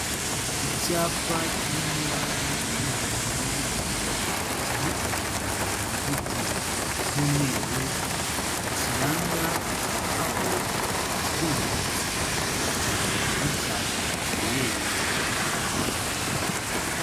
Icyapa kiri mu ibara ry'umutuku, cyandikishijwe mu nyuguti z'umweru, kiranga aho ikigo nderabuzima cya Matyazo giherereye.